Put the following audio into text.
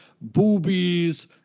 boobies